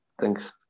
Thanks